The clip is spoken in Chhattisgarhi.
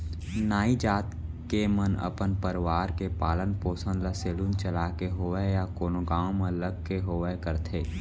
नाई जात के मन अपन परवार के पालन पोसन ल सेलून चलाके होवय या कोनो गाँव म लग के होवय करथे